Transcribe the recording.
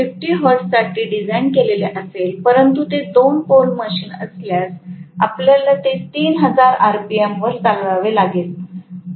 जर ते 50 हर्ट्जसाठी डिझाइन केलेले असेल परंतु ते 2 पोल मशीन असल्यास आपल्याला ते 3000 आरपीएम वर चालवावे लागेल